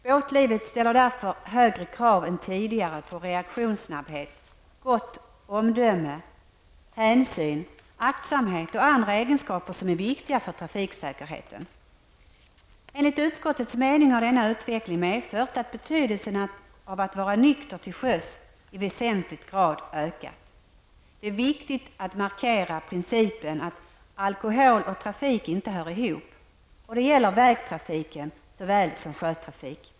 Båtlivet ställer därför högre krav än tidigare på reaktionssnabbhet, gott omdöme, hänsyn, aktsamhet och andra egenskaper som är viktiga för trafiksäkerheten. Enligt utskottets mening har denna utveckling medfört att betydelsen av att vara nykter till sjöss i väsentlig grad har ökat. Det är viktigt att markera att principen om att alkohol och trafik inte hör ihop gäller vägtrafiken såväl som sjötrafiken.